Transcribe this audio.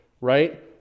Right